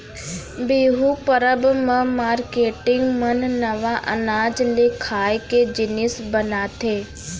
बिहू परब म मारकेटिंग मन नवा अनाज ले खाए के जिनिस बनाथे